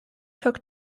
took